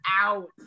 out